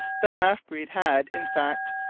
the half-breed had, in fact,